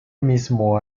mismo